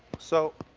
so